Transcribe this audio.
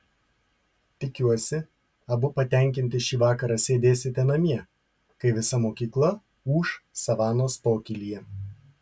tikiuosi abu patenkinti šį vakarą sėdėsite namie kai visa mokykla ūš savanos pokylyje